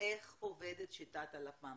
איך עובדת שיטת הלפ"מ.